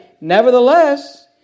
Nevertheless